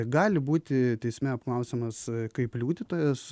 gali būti teisme apklausiamas kaip liudytojas